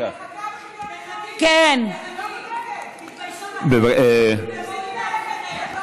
כן, כן, היא גיבורה, גיבורה אמיתית,